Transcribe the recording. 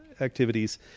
activities